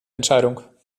entscheidung